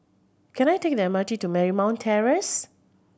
can I take the M R T to Marymount Terrace